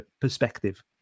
perspective